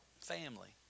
family